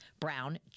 Brown